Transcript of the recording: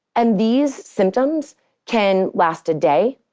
and these symptoms can last a day,